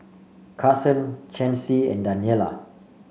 Carson Chancy and Daniela